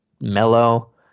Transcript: mellow